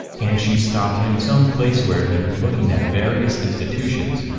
and she stopped him some place where he was looking at various institutions,